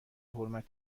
احترامی